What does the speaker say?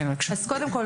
קודם כל,